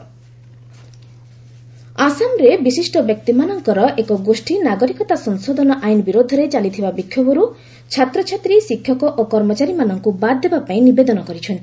Assam appeal CAA ଆସାମରେ ବିଶିଷ୍ଟ ବ୍ୟକ୍ତିମାନଙ୍କର ଏକ ଗୋଷ୍ଠୀ ନାଗରିକତା ସଂଶୋଧନ ଆଇନ ବିରୋଧରେ ଚାଲିଥିବା ବିକ୍ଷୋଭରୁ ଛାତ୍ରଛାତ୍ରୀ ଶିକ୍ଷକ ଓ କର୍ମଚାରୀମାନଙ୍କୁ ବାଦ୍ ଦେବାପାଇଁ ନିବେଦନ କରିଛନ୍ତି